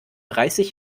dreißig